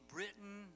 Britain